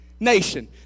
nation